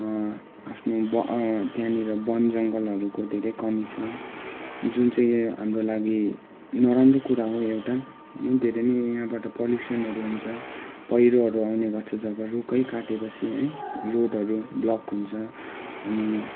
आफ्नो ब त्यहाँनिर वनजङ्गलहरूको धेरै कमी छ जुन चाहिँ हाम्रो लागि नराम्रो कुरा हो एउटा धेरै नै यहाँबाट पल्युसनहरू हुन्छ पहिरोहरू आउने गर्छ जब रुखै काटेपछि है रोडहरू ब्लक हुन्छ अनि